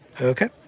Okay